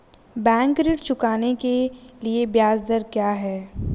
Bank ऋण चुकाने के लिए ब्याज दर क्या है?